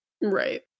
right